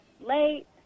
late